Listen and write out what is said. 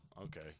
okay